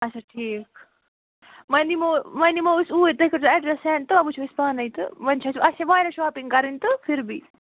اَچھا ٹھیٖک وَنہِ یِمو وَنہِ یِمو أسۍ اوٗرۍ تۄہہِ کٔرۍ زیو اٮ۪ڈرس سٮ۪نٛڈ تہٕ وٕچھُو أسۍ پانَےتہٕ وَنہِ چھُ اَسہِ اَسہِ چھِ وارِیاہ شاپِنٛگ کَرٕنۍ تہٕ پھر بی